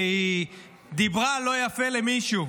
שהיא דיברה לא יפה למישהו.